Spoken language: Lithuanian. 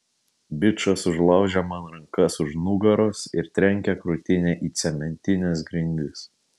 bičas užlaužia man rankas už nugaros ir trenkia krūtinę į cementines grindis